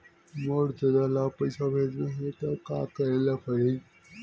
मोर ददा ल पईसा भेजना हे त का करे ल पड़हि?